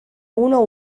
uno